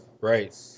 Right